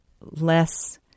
less